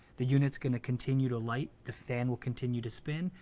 the unit's gonna continue to light. the fan will continue to spin,